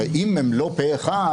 הרי אם הם לא פה אחד,